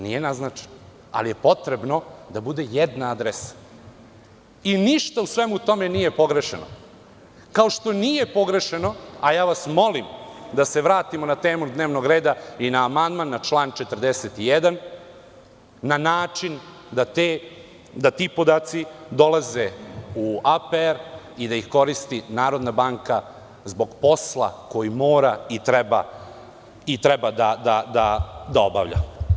Nije naznačeno, ali je potrebno da bude jedna adresa, i ništa u svemu tome nije pogrešno, kao što nije pogrešno, a ja vas molim da se vratimo na temu dnevnog reda i na amandman na član 41, na način da ti podaci dolaze u APR i da ih koristi Narodna banka zbog posla koji mora i treba da obavlja.